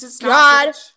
God